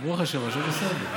ברוך השם הכול בסדר.